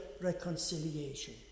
reconciliation